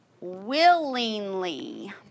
willingly